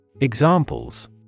Examples